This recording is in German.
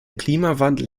klimawandel